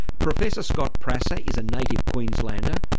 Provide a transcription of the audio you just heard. professor scott prasser is a native queenslander,